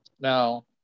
Now